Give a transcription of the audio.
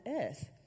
earth